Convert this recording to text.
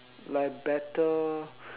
like better